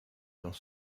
dans